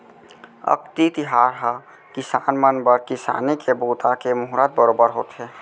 अक्ती तिहार ह किसान मन बर किसानी के बूता के मुहरत बरोबर होथे